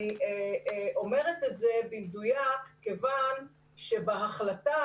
אני אומרת את זה במדויק מכיוון שהחלטה,